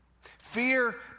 Fear